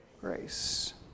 grace